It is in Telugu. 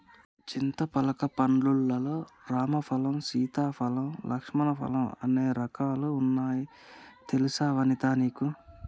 చింతపలక పండ్లు లల్లో రామ ఫలం, సీతా ఫలం, లక్ష్మణ ఫలం అనే రకాలు వున్నాయి తెలుసా వనితా నీకు